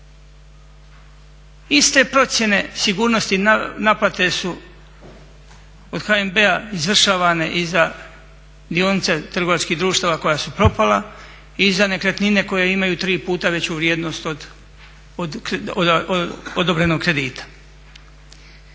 Iste procjene sigurnosti naplate su od HNB-a izvršavane i za dionice trgovačkih društava koja su propala i za nekretnine koje imaju tri puta veću vrijednost od odobrenog kredita.